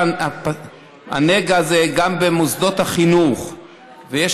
הנגע הזה פשה גם במוסדות החינוך ויש